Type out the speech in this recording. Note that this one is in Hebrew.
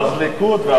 אז ליכוד,